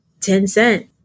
Tencent